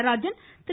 Natarajan Thiru